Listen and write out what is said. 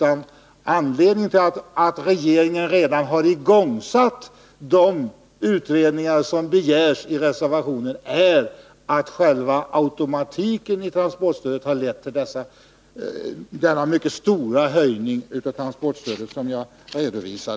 Anledningen till att regeringen redan har igångsatt de utredningar som begärs i reservationen är att själva automatiken i transportstödet har lett till den mycket stora höjning av detta stöd som jag redovisade.